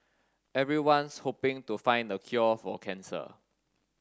everyone's hoping to find the cure for cancer